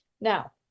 now